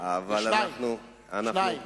שניים